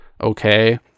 okay